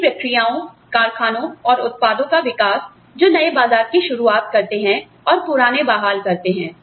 नई प्रक्रियाओं कारखानों और उत्पादों का विकास जो नए बाजार की शुरुआत करते हैं और पुराने बहाल करते हैं